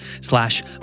slash